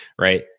right